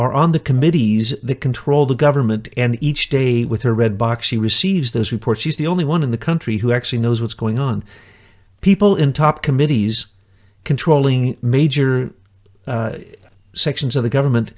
are on the committees that control the government and each day with her red box she receives those reports she's the only one in the country who actually knows what's going on people in top committees controlling major sections of the government